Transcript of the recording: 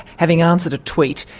having answered a tweet,